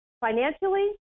financially